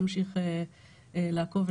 תמשיך לעקוב,